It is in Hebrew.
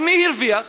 אז מי הרוויח?